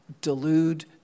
delude